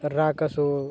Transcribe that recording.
राख असू